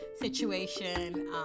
situation